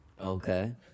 Okay